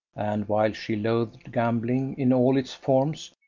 and while she loathed gambling in all its forms,